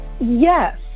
Yes